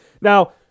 now